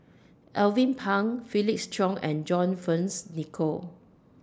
Alvin Pang Felix Cheong and John Fearns Nicoll